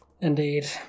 Indeed